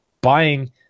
buying